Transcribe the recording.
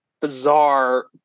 bizarre